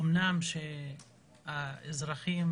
אומנם האזרחים